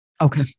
okay